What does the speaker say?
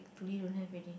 today don't have ready